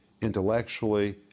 intellectually